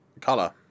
Color